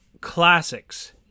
classics